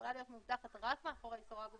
שיכולה להיות מאובטחת רק מאחורי סורג ובריח,